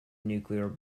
nuclear